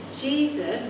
Jesus